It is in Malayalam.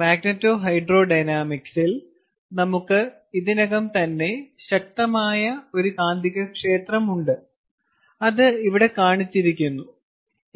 മാഗ്നെറ്റോഹൈഡ്രോഡൈനാമിക്സിൽ നമുക്ക് ഇതിനകം തന്നെ ശക്തമായ ഒരു കാന്തികക്ഷേത്രമുണ്ട് അത് ഇവിടെ കാണിച്ചിരിക്കുന്നു